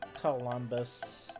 Columbus